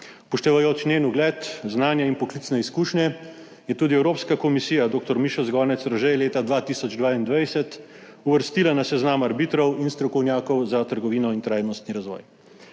Upoštevajoč njen ugled, znanja in poklicne izkušnje je tudi Evropska komisija dr. Mišo Zgonec - Rožej leta 2022 uvrstila na seznam arbitrov in strokovnjakov za trgovino in trajnostni razvoj.